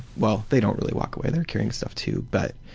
well, they don't really walk away, they're carrying stuff too but